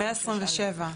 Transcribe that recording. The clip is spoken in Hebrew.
העבירה ב-126(א),